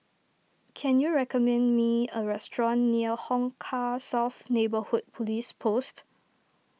can you recommend me a restaurant near Hong Kah South Neighbourhood Police Post